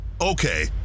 Okay